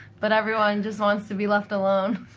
but everyone just wants to be left alone